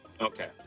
Okay